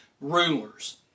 rulers